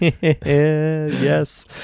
Yes